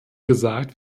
gesagt